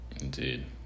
Indeed